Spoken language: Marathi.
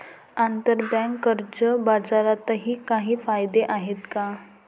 आंतरबँक कर्ज बाजारालाही काही कायदे आहेत का?